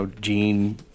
Gene